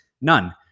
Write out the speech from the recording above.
none